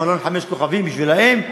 מלון חמישה כוכבים בשבילם,